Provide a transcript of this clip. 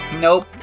nope